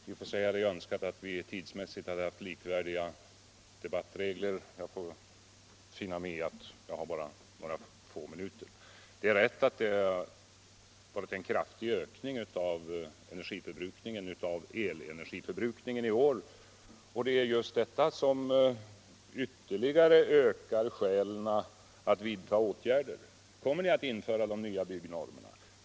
Herr talman! I och för sig är det önskvärt att vi tidsmässigt hade haft likvärdiga debattförutsättningar. Jag får finna mig i att bara ha några få minuter till förfogande. Det är riktigt att vi haft en rätt kraftig ökning av elenergiförbrukningen i år, och det är just detta som ytterligare stärker skälen att vidta åtgärder. Kommer ni att införa de nya byggnormerna?